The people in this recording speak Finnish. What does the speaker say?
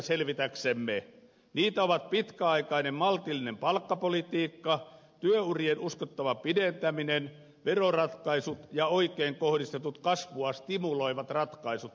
niitä ovat pitkäaikainen maltillinen palkkapolitiikka työurien uskottava pidentäminen veroratkaisut ja oikein kohdistetut kasvua stimuloivat ratkaisut